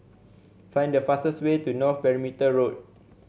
find the fastest way to North Perimeter Road